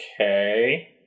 Okay